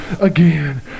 again